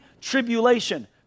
tribulation